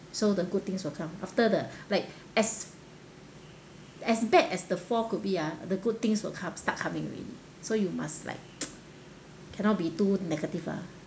so the good things will come after the like as as bad as the fall could be ah the good things will come start coming already so you must like cannot be too negative lah